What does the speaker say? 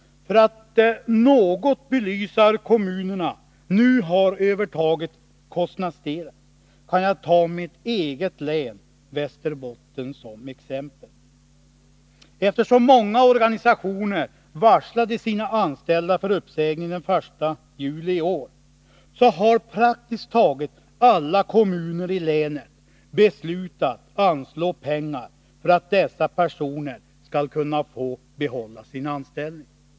För att något belysa hur kommunerna nu har övertagit kostnadsdelen, kan jag ta mitt eget län Västerbotten som exempel. Eftersom många organisationer varslade sina anställda om uppsägning den 1 juli i år, har praktiskt taget alla kommuner i länet beslutat anslå pengar för att dessa personer skall kunna få behålla sin anställning.